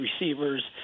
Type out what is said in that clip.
receivers